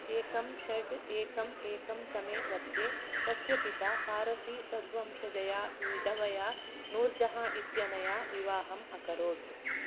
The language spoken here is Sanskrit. एकं षड् एकम् एकं तमे वर्षे तस्य पिता फारसीसद्वंशजया विधवया नूर्जहाँ इत्यनया विवाहम् अकरोत्